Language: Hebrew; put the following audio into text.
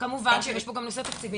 כמובן שיש פה גם נושא תקציבי,